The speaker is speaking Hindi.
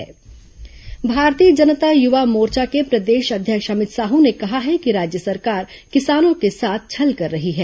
भाजयूमो अध्यक्ष बयान भारतीय जनता युवा मोर्चा के प्रदेश अध्यक्ष अमित साहू ने कहा है कि राज्य सरकार किसानों के साथ छल कर रही है